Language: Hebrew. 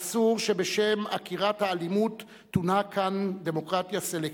אסור שבשם עקירת האלימות תונהג כאן דמוקרטיה סלקטיבית,